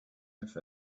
with